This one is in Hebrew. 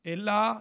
אלא,